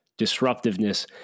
disruptiveness